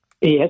Yes